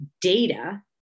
data